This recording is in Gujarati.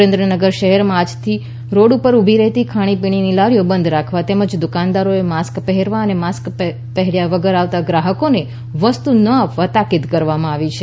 સુરેન્દ્રનગર શહેરમાં આજથી રોડ ઉપર ઉભી રહેતી ખાણીપીણીની લારીઓ બંધ રાખવા તેમજ દુકાનદારોએ માસ્ક પહેરવા અને માસ્ક પહેર્થા વગર આવતા ગ્રાહકોને વસ્તુ ન આપવા તાકીદ કરવામાં આવી છે